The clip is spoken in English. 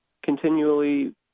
continually